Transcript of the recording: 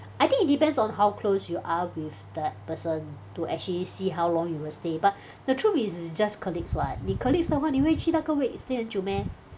I think it depends on how close you are with that person to actually see how long you will stay but the truth is it's just colleagues [what] 你 colleagues 的话你会去那个 wake stay 很久 meh